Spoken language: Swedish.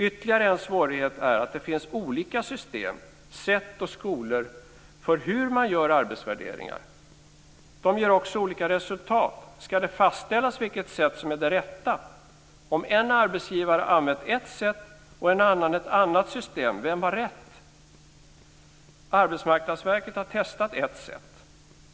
Ytterligare en svårighet är att det finns olika system, sätt och skolor för hur man gör arbetsvärderingar. De ger också olika resultat. Ska det fastställas vilket sätt som är det rätta? Om en arbetsgivare har använt ett sätt och en annan ett annat system, vem har rätt? Arbetsmarknadsverket har testat ett sätt.